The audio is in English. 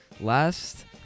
Last